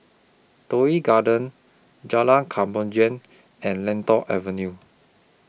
Toh Yi Garden Jalan Kemajuan and Lentor Avenue